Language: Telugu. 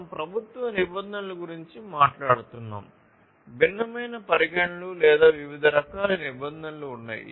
మనం ప్రభుత్వ నిబంధనల గురించి మాట్లాడుతున్నాము భిన్నమైన పరిగణనలు లేదా వివిధ రకాల నిబంధనలు ఉన్నాయి